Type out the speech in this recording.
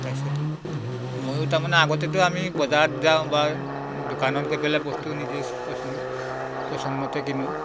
তাৰ পাছত ময়ো তাৰমানে আগতেতো আমি বজাৰত যাওঁ বা দোকানত গৈ পেলাই বস্তু নিজে পচন্দ পচন্দমতে কিনো